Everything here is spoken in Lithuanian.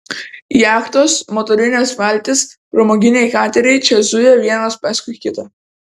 jachtos motorinės valtys pramoginiai kateriai čia zuja vienas paskui kitą